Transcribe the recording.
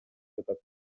жатат